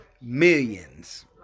Millions